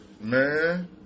Man